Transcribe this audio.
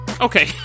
Okay